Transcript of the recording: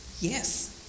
Yes